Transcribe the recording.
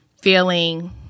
feeling